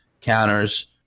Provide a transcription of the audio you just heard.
counters